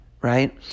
right